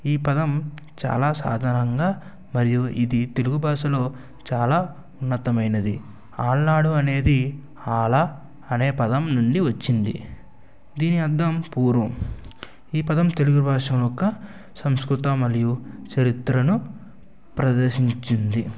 ఈ పదం చాలా సాధారంగా మరియు ఇది తెలుగు భాషలో చాలా ఉన్నతమైనది ఆలనాడు అనేది ఆలా అనే పదం నుండి వచ్చింది దీని అర్థం పూర్వం ఈ పదం తెలుగు భాష యొక్క సంస్కృత మరియు చరిత్రను ప్రదర్శించింది